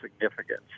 significance